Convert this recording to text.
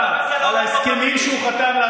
זה היה נכון אם הוא לא היה מסדר